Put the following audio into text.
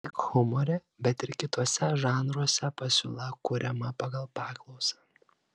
ne tik humore bet ir kituose žanruose pasiūla kuriama pagal paklausą